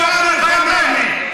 בשאר אל-חמארנה.